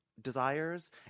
Desires